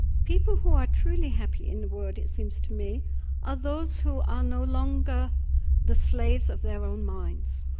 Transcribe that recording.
people who are truly happy in the world it seems to me are those who are no longer the slaves of their own minds.